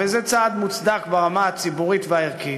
וזה צעד מוצדק ברמה הציבורית והערכית,